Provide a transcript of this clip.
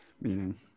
meaning